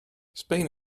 spain